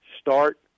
Start